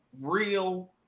real